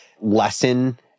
lesson